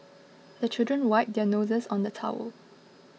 the children wipe their noses on the towel